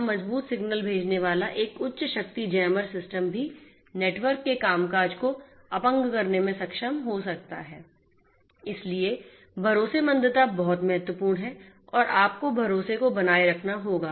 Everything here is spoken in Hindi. जहां मजबूत सिग्नल भेजने वाला एक उच्च शक्ति जैमर सिस्टम भी नेटवर्क के कामकाज को अपंग करने में सक्षम हो सकता है बहुत महत्वपूर्ण है और आपको भरोसे को बनाए रखना होगा